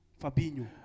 Fabinho